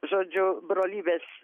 žodžiu brolybės